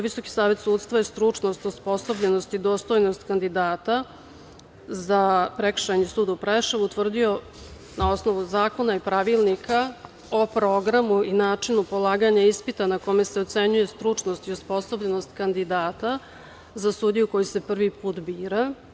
Visoki savet sudstva je stručnost, osposobljenost i dostojnost kandidata za Prekršajni sud u Preševu utvrdio na osnovu zakona i pravilnika o programu i načinu polaganja ispita na kome se ocenjuje stručnost i osposobljenost kandidata za sudiju koji se prvi put bira.